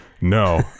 No